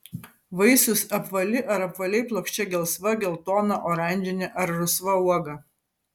vaisius apvali ar apvaliai plokščia gelsva geltona oranžinė ar rusva uoga